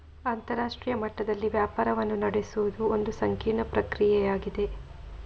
ಅಂತರರಾಷ್ಟ್ರೀಯ ಮಟ್ಟದಲ್ಲಿ ವ್ಯಾಪಾರವನ್ನು ನಡೆಸುವುದು ಒಂದು ಸಂಕೀರ್ಣ ಪ್ರಕ್ರಿಯೆಯಾಗಿದೆ